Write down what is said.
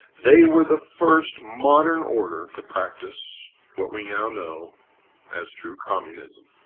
they were the first modern order to practice what we now know as true communism.